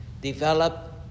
develop